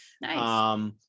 Nice